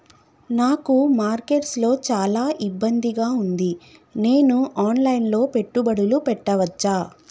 నాకు మార్కెట్స్ లో చాలా ఇబ్బందిగా ఉంది, నేను ఆన్ లైన్ లో పెట్టుబడులు పెట్టవచ్చా?